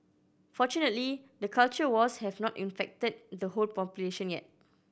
fortunately the culture wars have not infected the whole population yet